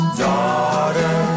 daughter